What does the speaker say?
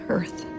Earth